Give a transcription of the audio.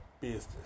business